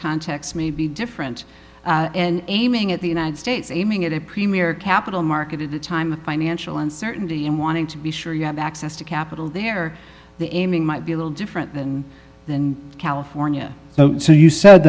context may be different and aiming at the united states aiming at a premier capital market at the time financial uncertainty and wanting to be sure you have access to capital there the aiming might be a little different than in california so you said